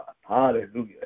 Hallelujah